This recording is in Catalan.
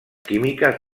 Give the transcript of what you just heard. químiques